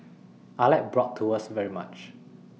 I like Bratwurst very much